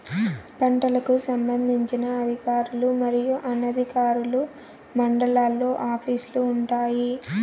పంటలకు సంబంధించిన అధికారులు మరియు అనధికారులు మండలాల్లో ఆఫీస్ లు వుంటాయి?